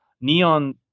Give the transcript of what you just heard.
neon